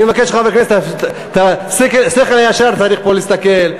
אני מבקש מחברי הכנסת, השכל הישר צריך פה להסתכל.